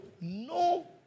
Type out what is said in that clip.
no